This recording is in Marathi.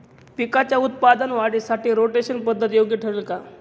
पिकाच्या उत्पादन वाढीसाठी रोटेशन पद्धत योग्य ठरेल का?